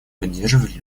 поддерживать